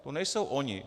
To nejsou oni.